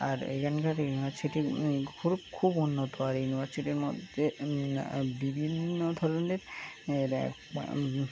আর এইখানকার ইউনিভার্সিটি খুব খুব উন্নত আর ইউনিভার্সিটির মধ্যে বিভিন্ন ধরনের এ